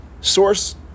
source